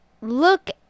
Look